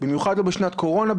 במיוחד לא בשנת קורונה,